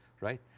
right